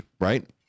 right